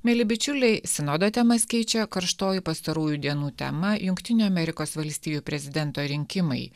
mieli bičiuliai sinodo temas keičia karštoji pastarųjų dienų tema jungtinių amerikos valstijų prezidento rinkimai